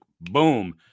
boom